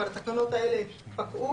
אבל התקנות פקעו.